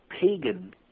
pagan